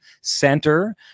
center